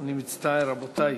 אני מצטער, רבותי.